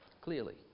clearly